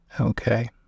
Okay